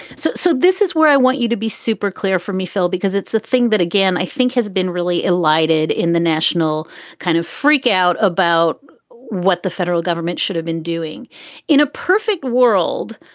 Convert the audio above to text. so so this is where i want you to be super clear for me, phil, because it's the thing that, again, i think has been really elided in the national kind of freak out about what the federal government should have been doing in a perfect world.